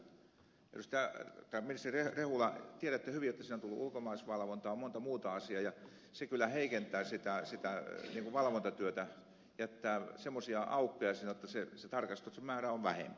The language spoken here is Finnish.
ministeri rehula tiedätte hyvin jotta sinne on tullut ulkomaalaisvalvontaa ja on monta muuta asiaa ja se kyllä heikentää sitä valvontatyötä jättää semmoisia aukkoja sinne jotta se tarkastuksen määrä on vähempi